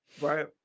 Right